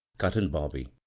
cut in bobby,